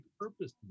purpose